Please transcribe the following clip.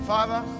Father